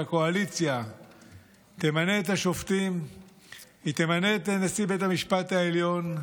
שהקואליציה תמנה את השופטים ותמנה את נשיא בית המשפט העליון,